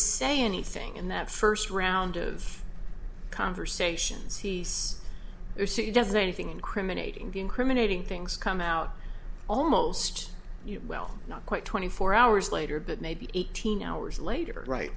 say anything in that first round of conversations he says she does anything incriminating incriminating things come out almost well not quite twenty four hours later but maybe eighteen hours later right